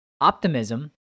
optimism